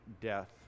death